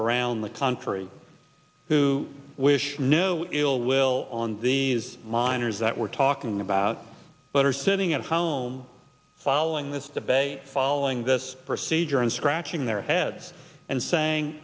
around the country who wish no ill will on these miners that we're talking about but are sitting at home following this debate following this procedure and scratching their heads and saying